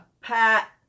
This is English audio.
pat